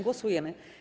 Głosujemy.